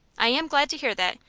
i am glad to hear that.